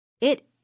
It